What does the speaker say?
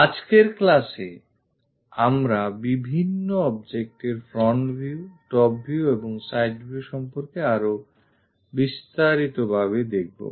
আজকের class এ আমরা বিভিন্ন object এর front view top view এবং side view সম্পর্কে আরও বিস্তারিত ভাবে দেখবো